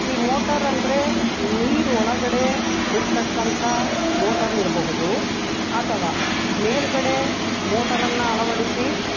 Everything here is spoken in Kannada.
ಈ ಮೋಟರ್ ಅಂದರೆ ನೀರು ಒಳಗಡೆ ಬಿಡತಕ್ಕಂಥ ಮೋಟರ್ ಇರಬಹುದು ಅಥವಾ ಮೇಲುಗಡೆ ಮೋಟರನ್ನು ಅಳವಡಿಸಿ